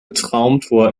traumtor